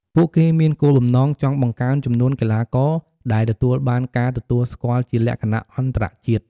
ពួកគេមានគោលបំណងចង់បង្កើនចំនួនកីឡាករដែលទទួលបានការទទួលស្គាល់ជាលក្ខណៈអន្តរជាតិ។